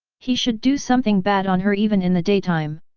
he should do something bad on her even in the daytime.